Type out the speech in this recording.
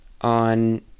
on